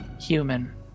Human